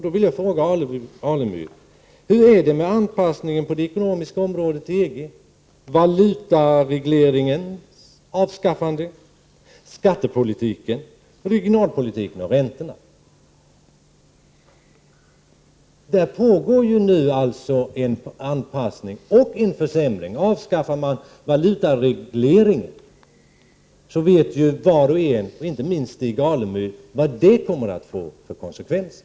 Då vill jag fråga: Hur är det med anpassningen på det ekonomiska området — avskaffandet av valutaregleringen, skattepolitiken, regionalpolitiken och räntorna? Det pågår alltså en anpassning och en försämring. Avskaffar man valutaregleringen vet ju var och en, inte minst Stig Alemyr, vad det kommer att få för konsekvenser.